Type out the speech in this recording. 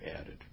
added